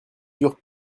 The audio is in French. dur